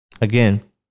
Again